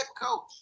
coach